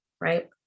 right